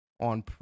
on